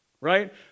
Right